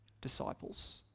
disciples